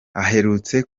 aherutse